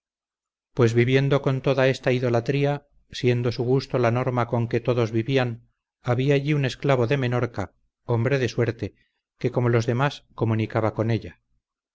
pues viviendo con toda esta idolatría siendo su gusto la norma con que todos vivían había allí un esclavo de menorca hombre de suerte que como los demás comunicaba con ella